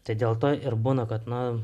tai dėl to ir būna kad na